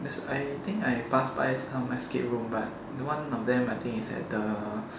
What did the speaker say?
as I think I passed by some escape room but one of them I think is at the